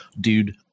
dude